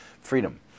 freedom